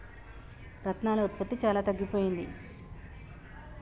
రత్నాల ఉత్పత్తి చాలా తగ్గిపోయింది